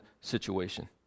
situation